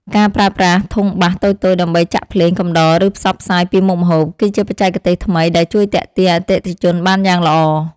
ការប្រើប្រាស់ធុងបាសតូចៗដើម្បីចាក់ភ្លេងកំដរឬផ្សព្វផ្សាយពីមុខម្ហូប គឺជាបច្ចេកទេសថ្មីដែលជួយទាក់ទាញអតិថិជនបានយ៉ាងល្អ។